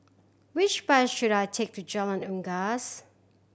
which bus should I take to Jalan Unggas